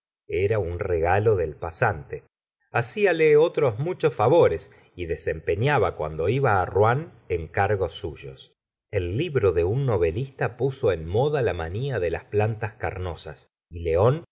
era un regalo del pasante haciale otros muchos favores y desempeñaba cuando iba rouen encargos suyos el libro de un novelista puso en moda la manía de los plantas carnosas y león